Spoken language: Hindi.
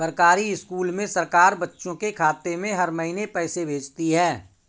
सरकारी स्कूल में सरकार बच्चों के खाते में हर महीने पैसे भेजती है